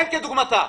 אין כדוגמתה.